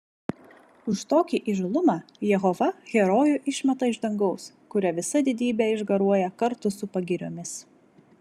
už tokį įžūlumą jehova herojų išmeta iš dangaus kurio visa didybė išgaruoja kartu su pagiriomis